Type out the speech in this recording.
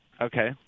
Okay